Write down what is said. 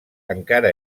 encara